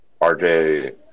RJ